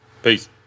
Peace